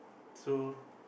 so